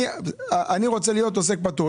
אני רוצה להיות עוסק פטור,